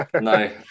no